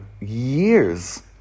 years